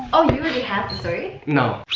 oh, you already have a story? no.